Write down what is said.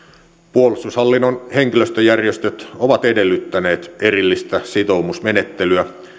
puolustushallinnon henkilöstöjärjestöt ovat edellyttäneet erillistä sitoumusmenettelyä